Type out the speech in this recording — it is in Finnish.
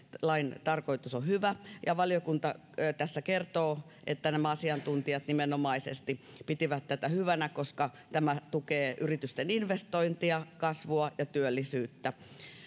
lain tarkoitus on hyvä valiokunta tässä kertoo että asiantuntijat nimenomaisesti pitivät tätä hyvänä koska tämä tukee yritysten investointia kasvua ja työllisyyttä